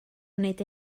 wneud